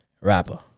rapper